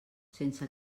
sense